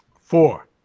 Four